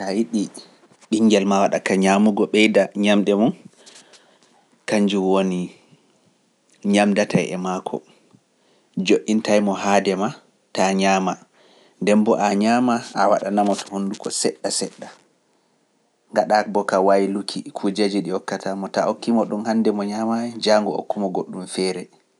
Ta yiɗi ɓinngel ma waɗa ka ñaamugo ɓeyda ñamde mun, kanjum woni ñamdatay e maako, joɗintaymo haade ma, taa ñaama, ndem mbo a ñaama a waɗanamo to honnduko seɗɗa seɗɗa, gaɗa bo ka wayluki kujjeji ɗi okkata mo, taa okki mo ɗum hande mo ñami, jaango okkumo goɗɗum feere.”